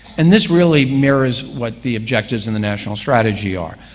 and this really mirrors what the objectives in the national strategy are.